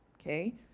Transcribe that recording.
okay